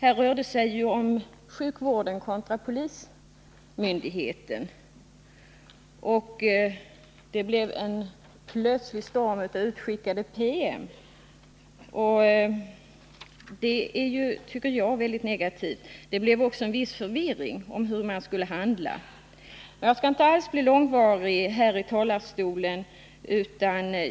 Här rör det sig om sjukvården kontra polismyndigheten. Det blev en plötslig storm av utskickade PM. Det tycker jag är mycket negativt. Det blev också en viss förvirring om hur man skulle handla. Jag skall inte uppehålla mig länge här i talarstolen.